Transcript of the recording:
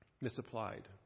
misapplied